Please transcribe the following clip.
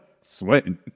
sweating